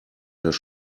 das